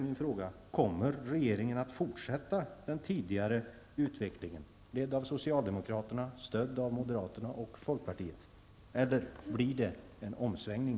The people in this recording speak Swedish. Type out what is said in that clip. Min fråga är: Kommer regeringen att fortsätta den tidigare utvecklingen, ledd av socialdemokraterna, stödd av moderaterna och folkpartiet, eller kommer det en omsvängning?